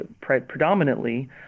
predominantly